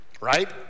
right